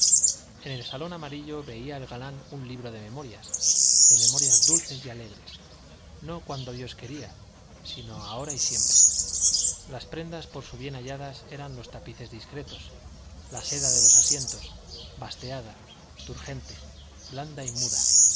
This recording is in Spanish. en el salón amarillo veía el galán un libro de memorias de memorias dulces y alegres no cuando dios quería sino ahora y siempre las prendas por su bien halladas eran los tapices discretos la seda de los asientos basteada turgente blanda y muda